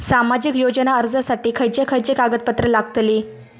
सामाजिक योजना अर्जासाठी खयचे खयचे कागदपत्रा लागतली?